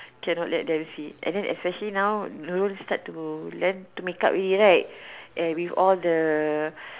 cannot let them see and then especially now Nurul start to learn to make up already right and with all the